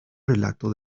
relato